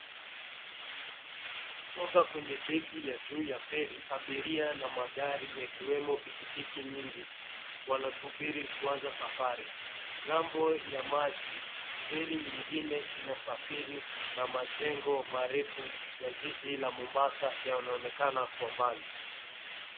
Kutoka kwenye deki ya juu ya feri, abiria na magari, yakiwemo pikipiki nyingi, wanasubiri kwanza safari. Ng'ambo ya maji, feri nyingine inasafiri na majengo marefu ya jiji la Mombasa yanaonekana kwa mbali.